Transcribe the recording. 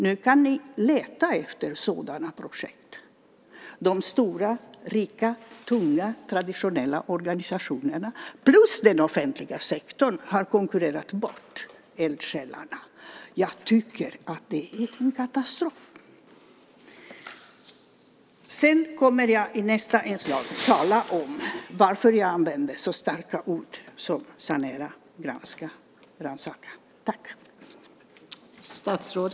Nu kan ni leta efter sådana projekt. De stora, rika, tunga och traditionella organisationerna plus den offentliga sektorn har konkurrerat ut eldsjälarna. Jag tycker att det är en katastrof. I mitt nästa inlägg kommer jag att tala om varför jag använder så starka ord som sanera, granska och rannsaka.